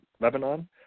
Lebanon